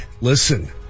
listen